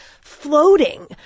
floating